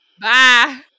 Bye